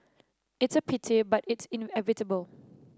it's a pity but it's inevitable